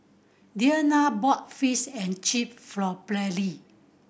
Deanna bought Fish and Chip for Perley